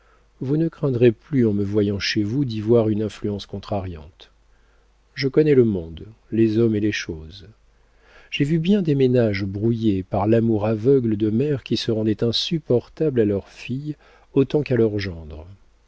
vous ne craindrez plus en me voyant chez vous d'y voir une influence contrariante je connais le monde les hommes et les choses j'ai vu bien des ménages brouillés par l'amour aveugle de mères qui se rendaient insupportables à leurs filles autant qu'à leurs gendres